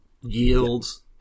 yields